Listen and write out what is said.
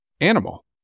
animal